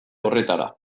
horretara